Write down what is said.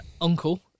uncle